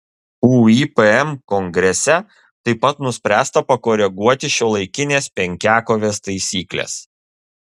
uipm kongrese taip pat nuspręsta pakoreguoti šiuolaikinės penkiakovės taisykles